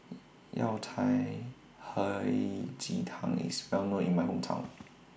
Yao Cai Hei Ji Tang IS Well known in My Hometown